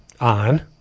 On